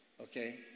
okay